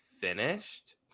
finished